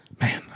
Man